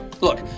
Look